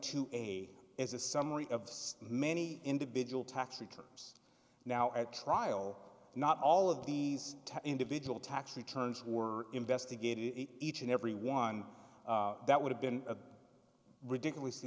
to a is a summary of many individual tax returns now at trial not all of these individual tax returns were investigated each and every one that would have been a ridiculously